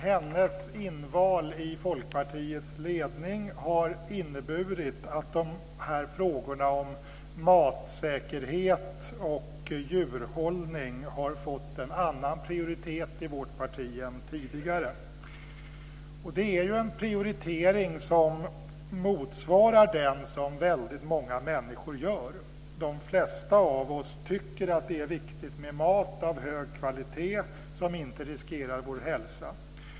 Hennes inval i Folkpartiets ledning har inneburit att frågorna om matsäkerhet och djurhållning har fått en annan prioritet i vårt parti än tidigare. Det är en prioritering som motsvarar den som väldigt många människor gör. De flesta av oss tycker att det är viktigt med mat av hög kvalitet som inte riskerar vår hälsa.